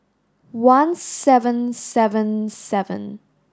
one seven seven seven